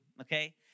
okay